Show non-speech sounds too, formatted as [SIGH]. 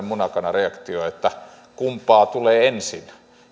[UNINTELLIGIBLE] muna kana reaktio että kumpaa tulee ensin